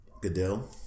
Goodell